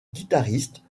guitariste